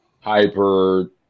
hyper